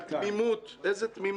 איזה תמימות.